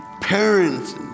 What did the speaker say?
parents